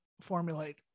formulate